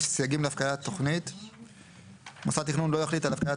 סייגים להפקדת תוכנית 35. מוסד תכנון לא יחליט על הפקדת